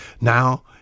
now